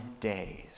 days